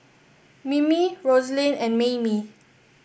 Mimi Rosaline and Maymie